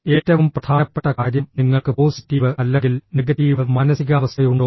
ഏറ്റവും പ്രധാനപ്പെട്ട കാര്യം നിങ്ങൾക്ക് പോസിറ്റീവ് അല്ലെങ്കിൽ നെഗറ്റീവ് മാനസികാവസ്ഥയുണ്ടോ